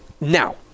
Now